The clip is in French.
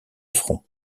fronts